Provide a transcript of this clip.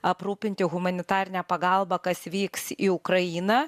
aprūpinti humanitarinę pagalbą kas vyks į ukrainą